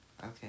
Okay